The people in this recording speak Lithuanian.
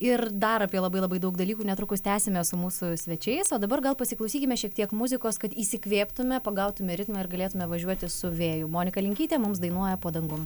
ir dar apie labai labai daug dalykų netrukus tęsime su mūsų svečiais o dabar gal pasiklausykime šiek tiek muzikos kad įkvėptume pagautume ritmą ir galėtume važiuoti su vėju monika linkytė mums dainuoja po dangum